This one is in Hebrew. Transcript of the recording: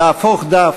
"להפוך דף"